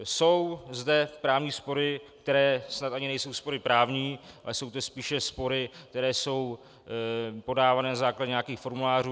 Jsou zde právní spory, které snad ani nejsou spory právní, ale jsou to spíše spory, které jsou podávané na základě nějakých formulářů.